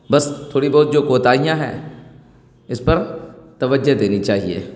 بس تھوڑی بہت جو کوتاہیاں ہیں اس پر توجہ دینی چاہیے